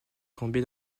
tombée